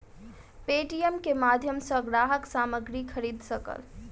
Paytm के माध्यम सॅ ग्राहक सामग्री खरीद सकल